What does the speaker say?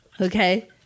Okay